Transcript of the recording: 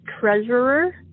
treasurer